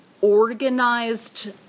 organized